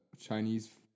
Chinese